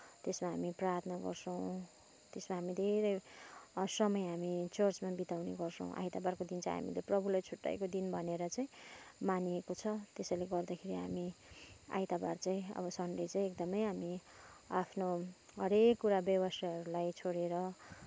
त्यसमा हामी प्रार्थना गर्छौँ त्यसमा हामी धेरै समय हामी चर्चमा बिताउने गर्छौँ आइतबारको दिन चाहिँ हामीले प्रभुलाई छुट्याएको दिन भनेर चाहिँ मानिएको छ त्यसैले गर्दाखेरि हामी आइतबार चाहिँ अब सन्डे चाहिँ एकदमै हामी आफ्नो हरेक कुरा व्यवसायहरूलाई छोडेर